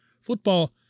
football